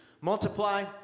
Multiply